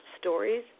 stories